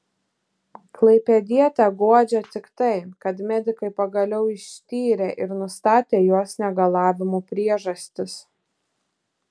klaipėdietę guodžia tik tai kad medikai pagaliau ištyrė ir nustatė jos negalavimų priežastis